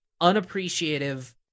unappreciative